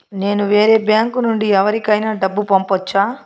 నేను వేరే బ్యాంకు నుండి ఎవరికైనా డబ్బు పంపొచ్చా?